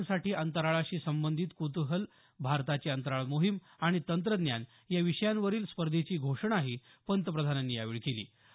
तरुणांसाठी अंतराळाशी संबंधित कुतूहल भारताची अंतराळ मोहीम आणि तंत्रज्ञान या विषयांवरील स्पर्धेची घोषणाही पंतप्रधानांनी यावेळी केली